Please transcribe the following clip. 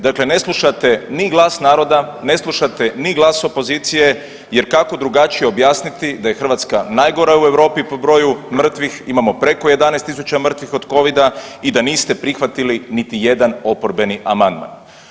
Dakle, ne slušate ni glas naroda, ne slušate ni glas opozicije jer kako drugačije objasniti da je Hrvatska najgora u Europi po broju mrtvih, imamo preko 11 tisuća mrtvih od covida i da niste prihvatili niti jedan oporbeni amandman.